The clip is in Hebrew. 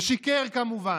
ושיקר, כמובן,